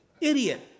Idiot